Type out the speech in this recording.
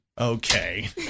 Okay